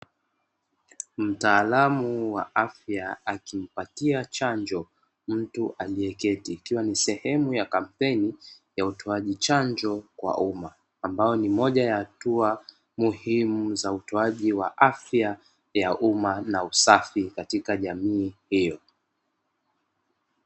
Mtaalamu wa afya akimpatia chanjo mtu aliye aliyeketi, ikiwa ni sehemu ya kampeni ya utoaji chanjo kwa umma, ambayo ni moja ya hatua muhimu za utoaji wa afya za umma na usafi katika jamii hiyo.